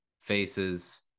faces